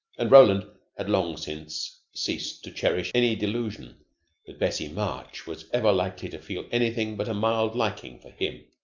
and roland had long since ceased to cherish any delusion that bessie march was ever likely to feel anything but a mild liking for him.